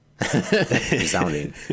Resounding